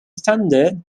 standard